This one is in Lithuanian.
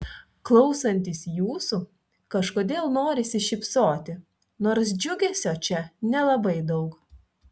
klausantis jūsų kažkodėl norisi šypsotis nors džiugesio čia nelabai daug